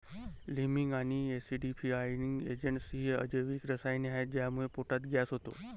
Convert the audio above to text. liming आणि acidifying agents ही अजैविक रसायने आहेत ज्यामुळे पोटात गॅस होतो